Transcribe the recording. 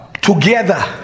together